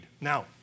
Now